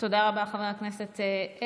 תודה רבה, חבר הכנסת אלקין.